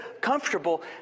comfortable